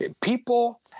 people